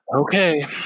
Okay